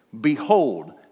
behold